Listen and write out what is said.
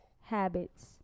habits